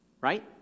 right